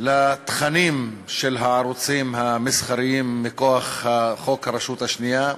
לתכנים של הערוצים המסחריים מכוח חוק הרשות השנייה.